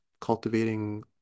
cultivating